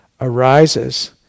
arises